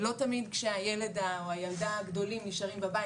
לא תמיד כשהילד או הילדה הגדולים נשארים בבית,